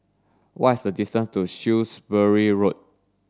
what is the distance to Shrewsbury Road